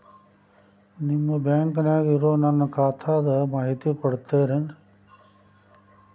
ನಿಮ್ಮ ಬ್ಯಾಂಕನ್ಯಾಗ ಇರೊ ನನ್ನ ಖಾತಾದ ಮಾಹಿತಿ ಕೊಡ್ತೇರಿ?